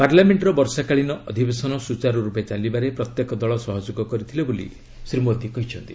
ପାର୍ଲାମେଣ୍ଟର ବର୍ଷାକାଳୀନ ଅଧିବେଶନ ସୁଚାରୁର୍ପେ ଚାଲିବାରେ ପ୍ରତ୍ୟେକ ଦଳ ସହଯୋଗ କରିଥିଲେ ବୋଲି ଶ୍ରୀ ମୋଦି କହିଛନ୍ତି